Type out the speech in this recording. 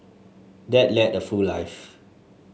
dad led a full life